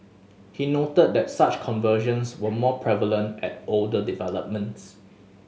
he noted that such conversions were more prevalent at older developments